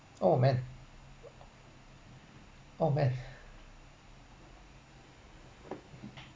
oh man oh man